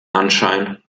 anschein